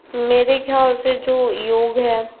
मेरे ख्याल से जो योग है